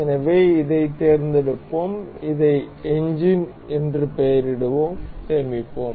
எனவே இதைத் தேர்ந்தெடுப்போம் இதை எஞ்சின் என்று பெயரிடுவோம் சேமிப்போம்